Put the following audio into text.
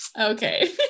Okay